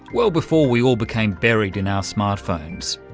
well before we all became buried in our smart phones.